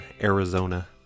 Arizona